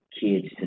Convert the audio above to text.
kids